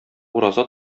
ураза